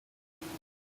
britain